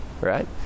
Right